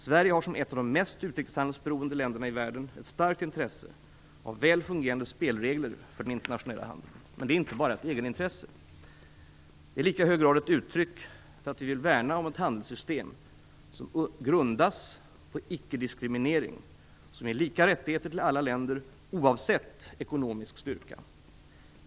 Sverige har, som ett av de mest utrikeshandelsberoende länderna i världen, ett starkt intresse av väl fungerande spelregler för den internationella handeln. Men det är inte bara ett egenintresse. Det är i lika hög grad ett uttryck för att vi vill värna ett handelssystem som grundas på icke-diskriminering och som ger lika rättigheter till alla länder oavsett ekonomisk styrka.